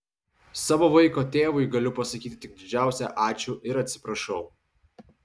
savo vaiko tėvui galiu pasakyti tik didžiausią ačiū ir atsiprašau